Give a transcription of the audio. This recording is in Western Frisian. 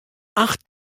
acht